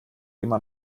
immer